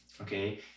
Okay